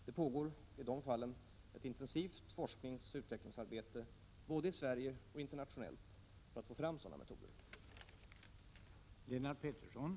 Det pågår i de fallen ett intensivt forskningsoch utvecklingsarbete både i Sverige och internationellt för att få fram sådana metoder.